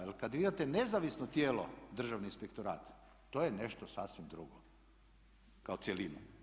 Jer kad vi imate nezavisno tijelo Državni inspektorat to je nešto sasvim drugo kao cjelina.